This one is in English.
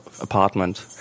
apartment